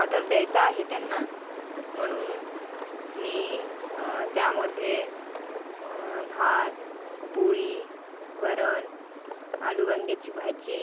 order द्यायचा आहे त्यांना म्हणून मी त्यामध्ये भात पोळी वरण आलू वांग्याची भाजी